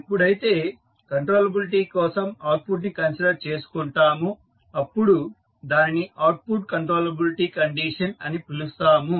ఎప్పుడైతే కంట్రోలబిలిటీ కోసం అవుట్పుట్ ని కన్సిడర్ చేసుకుంటామో అప్పుడు దానిని అవుట్పుట్ కంట్రోలబిలిటీ కండిషన్ అని పిలుస్తాము